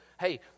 hey